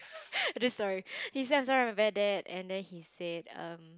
I'm just sorry he felt very sorry about that and then he said um